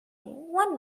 one